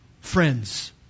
friends